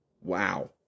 Wow